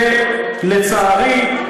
ולצערי,